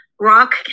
rock